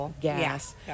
gas